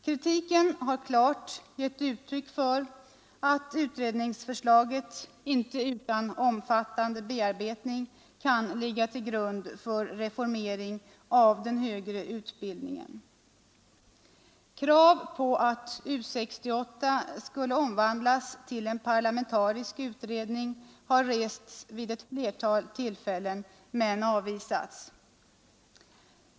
Kritiken har klart givit uttryck för att utredningsförslaget inte utan omfattande bearbetning kan ligga till grund för reformering av den högre utbildningen. Krav på att U 68 skulle omvandlas till en parlamentarisk utredning har rests vid ett flertal tillfällen men avvisats.